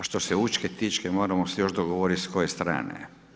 A što se Učke tiče, moramo se još dogovoriti s koje strane.